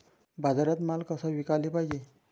बाजारात माल कसा विकाले पायजे?